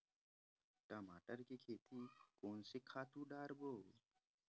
टमाटर के खेती कोन से खातु डारबो?